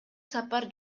сапар